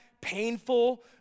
painful